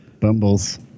Bumbles